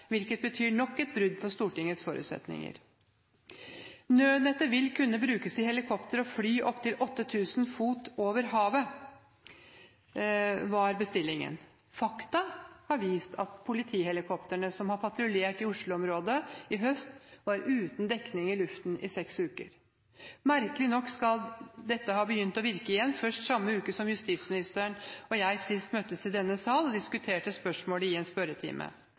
hvilket betyr nok et brudd på Stortingets forutsetninger. «Nødnettet vil kunne brukes i helikopter og fly opptil 8 000 fot over havet,» var bestillingen. Fakta har vist at politihelikoptrene som har patruljert i Oslo-området i høst, var uten dekning i luften i seks uker. Merkelig nok skal dette ha begynt å virke igjen først samme uke som justisministeren og jeg sist møttes i denne sal og diskuterte spørsmålet i en spørretime.